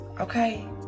Okay